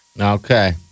Okay